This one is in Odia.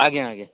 ଆଜ୍ଞା ଆଜ୍ଞା